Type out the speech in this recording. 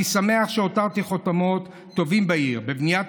אני שמח שהותרתי חותמות טובים בעיר בבניית